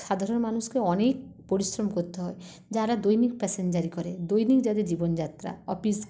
সাধারণ মানুষকে অনেক পরিশ্রম করতে হয় যারা দৈনিক প্যাসেঞ্জারি করে দৈনিক যাদের জীবন যাত্রা অফিস